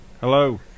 Hello